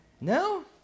No